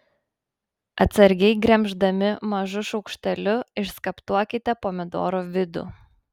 atsargiai gremždami mažu šaukšteliu išskaptuokite pomidoro vidų